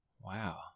Wow